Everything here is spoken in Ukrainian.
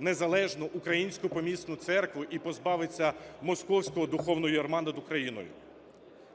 незалежну українську помісну церкву і позбавиться московського духовного ярма над Україною.